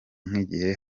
nk’igihe